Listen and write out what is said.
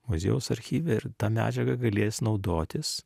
muziejaus archyve ir ta medžiaga galės naudotis